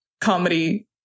comedy